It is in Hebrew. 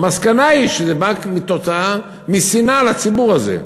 המסקנה היא שזה בא כתוצאה משנאה לציבור הזה.